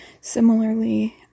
Similarly